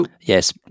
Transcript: yes